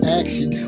action